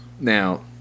Now